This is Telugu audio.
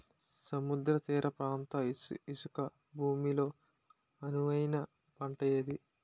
సముద్ర తీర ప్రాంత ఇసుక భూమి లో అనువైన పంట ఏది?